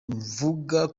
mvuga